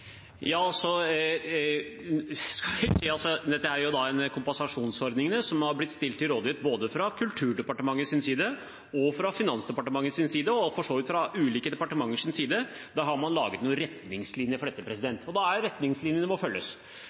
Dette er en kompensasjonsordning som har blitt stilt til rådighet både fra Kulturdepartementets side og fra Finansdepartementets side, og for så vidt fra ulike departementers side. Man har laget noen retningslinjer for dette, og retningslinjene må følges.